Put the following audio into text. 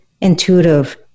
intuitive